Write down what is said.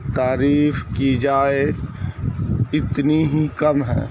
تعریف کی جائے اتنی ہی کم ہیں